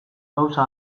gauza